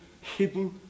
hidden